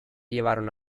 llevaron